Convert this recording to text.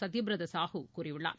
சத்யபிரத சாஹூ கூறியுள்ளார்